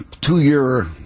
two-year